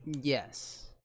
Yes